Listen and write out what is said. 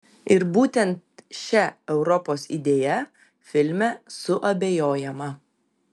ir būtent šia europos idėja filme suabejojama